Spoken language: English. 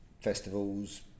festivals